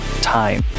time